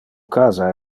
casa